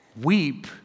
Weep